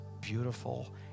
beautiful